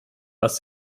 was